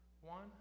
One